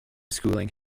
schooling